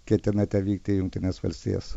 ketinate vykti į jungtines valstijas